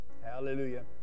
Hallelujah